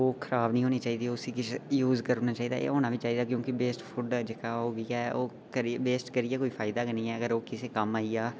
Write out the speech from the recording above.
ओह् खराब नेईं होनी चाहिदी मतलब उसी किश यूज बी करना चाहिदा कि जे बेसट फूड ऐ जेह्का ओह् बी ऐ बेसट करियै कोई फायदा गै नेई ऐ अगर होई सकै ओह् खराब नेई होनी चाहिदी